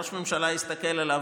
ראש הממשלה הסתכל עליו,